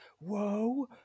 whoa